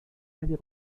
aller